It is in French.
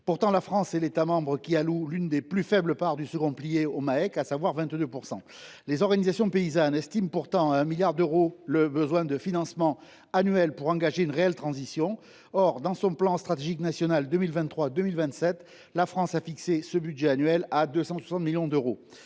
Pourtant, la France est l’État membre qui alloue la plus faible part du second pilier aux Maec, à savoir 22 %. Les organisations paysannes estiment à 1 milliard d’euros les besoins de financement annuels des Maec nécessaires pour engager une réelle transition. Or, dans son plan stratégique national (PSN) 2023 2027, la France a fixé ce budget annuel à 260 millions d’euros.